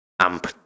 Amp